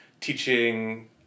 teaching